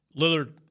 Lillard